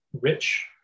rich